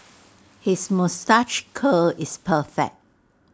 his moustache curl is perfect